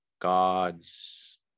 gods